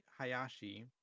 Hayashi